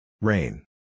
Rain